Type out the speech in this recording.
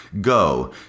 go